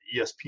ESPN